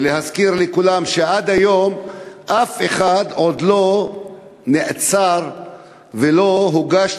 ולהזכיר לכולם שעד היום אף אחד לא נעצר ולא הוגש